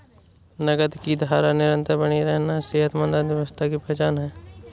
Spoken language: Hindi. नकद की धारा निरंतर बनी रहना सेहतमंद अर्थव्यवस्था की पहचान है